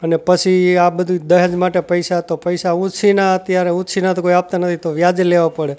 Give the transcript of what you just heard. અને પછી આ બધું દહેજ માટે પૈસા તો પૈસા ઉછીના અત્યારે ઉછીના તો કોઈ આપતા નથી તો વ્યાજે લેવા પડે